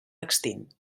extint